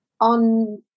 on